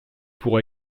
pour